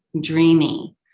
dreamy